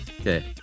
Okay